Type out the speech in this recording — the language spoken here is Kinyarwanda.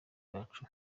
bacu